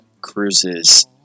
cruises